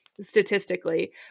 statistically